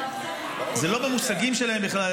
זה לא במושגים שלהם בכלל,